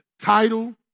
title